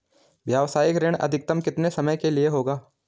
व्यावसायिक ऋण अधिकतम कितने समय के लिए होगा?